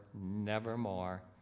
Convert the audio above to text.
nevermore